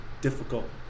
difficult